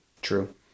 True